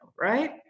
right